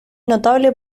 notable